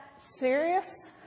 serious